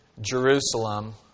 Jerusalem